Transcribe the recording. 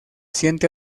siente